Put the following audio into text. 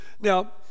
Now